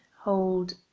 hold